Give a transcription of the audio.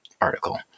article